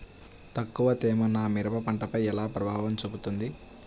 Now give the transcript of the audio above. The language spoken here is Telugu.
ఎక్కువ తేమ నా మిరప పంటపై ఎలా ప్రభావం చూపుతుంది?